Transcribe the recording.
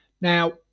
now